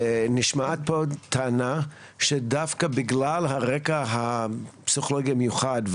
נשמעת פה טענה שדווקא בגלל הרקע הפסיכולוגי המיוחד,